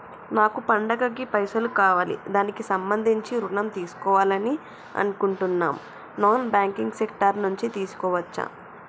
నాకు పండగ కి పైసలు కావాలి దానికి సంబంధించి ఋణం తీసుకోవాలని అనుకుంటున్నం నాన్ బ్యాంకింగ్ సెక్టార్ నుంచి తీసుకోవచ్చా?